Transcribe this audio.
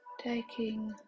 taking